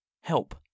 Help